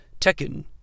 Tekken